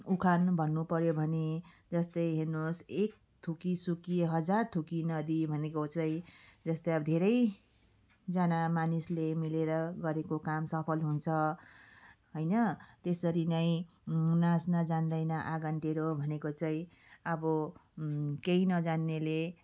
उखान भन्नु पऱ्यो भने जस्तै हेर्नुहोस् एक थुकी सुकी हजार थुकी नदी भनेको चाहिँ जस्तै अब धेरैजना मानिसले मिलेर गरेको काम सफल हुन्छ होइन त्यसरी नै नाच्न जान्दैन आँगन टेडो भनेको चाहिँ अब केही नजान्नेले